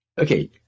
Okay